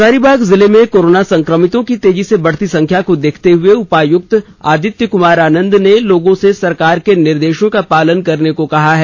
हजारीबाग जिले में कोरोना संक्रमितों की तेजी से बढ़ती संख्या को देखते हुए उपायुक्त आदित्य कुमार आनंद ने लोगों से सरकार के निर्देश का अनुपालन करने को कहा है